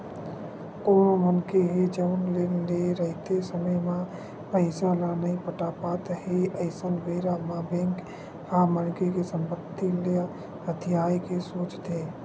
कोनो मनखे ह जउन लोन लेए रहिथे समे म पइसा ल नइ पटा पात हे अइसन बेरा म बेंक ह मनखे के संपत्ति ल हथियाये के सोचथे